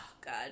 god